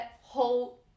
whole